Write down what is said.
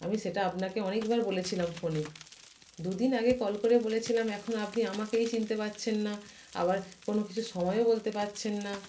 আমি সেটা আপনাকে অনেকবার বলেছিলাম ফোনে দুদিন আগে কল করে বলেছিলাম এখন আপনি আমাকেই চিনতে পারছেন না আবার কোনো কিছু সময়ও বলতে পারছেন না